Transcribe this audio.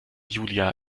julia